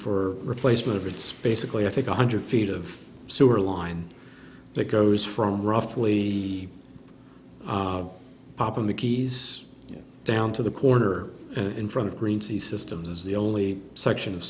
for replacement it's basically i think one hundred feet of sewer line that goes from roughly the top of the keys down to the corner and in front of green sea systems is the only section of